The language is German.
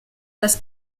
das